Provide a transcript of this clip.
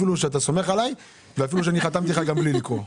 אפילו שאתה סומך עליי ואפילו שאני חתמתי לך גם בלי לקרוא.